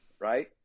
right